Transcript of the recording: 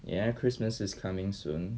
ya christmas is coming soon